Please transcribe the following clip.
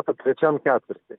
trečiam ketvirtį